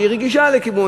שהיא רגישה לקידום,